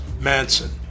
Manson